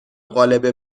قالب